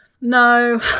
no